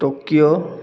Tokyo